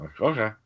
Okay